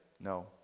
No